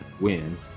win